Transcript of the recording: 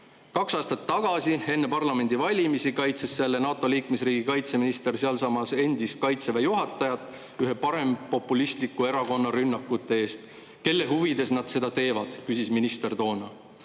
Kaks aastat tagasi enne parlamendivalimisi kaitses selle NATO liikmesriigi kaitseminister sedasama endist kaitseväe juhatajat ühe parempopulistliku erakonna rünnakute eest. "Kelle huvides nad seda teevad?" küsis minister toona.